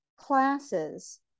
classes